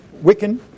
Wiccan